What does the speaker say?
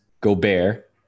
Gobert